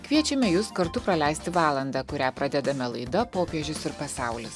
kviečiame jus kartu praleisti valandą kurią pradedame laida popiežius ir pasaulis